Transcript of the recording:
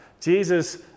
Jesus